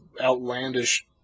outlandish